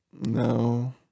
No